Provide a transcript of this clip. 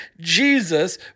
Jesus